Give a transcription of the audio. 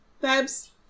Babs